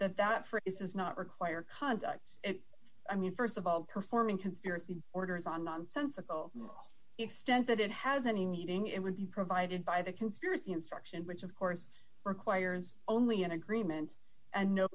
that that for is not require conduct i mean st of all performing conspiracy orders on nonsensical extent that it has any meeting it would be provided by the conspiracy instruction which of course requires only an agreement and no